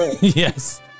Yes